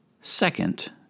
Second